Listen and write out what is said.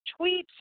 tweets